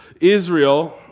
Israel